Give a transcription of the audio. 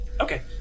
Okay